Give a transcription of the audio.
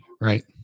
right